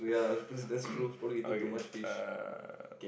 okay uh